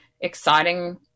exciting